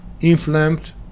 inflamed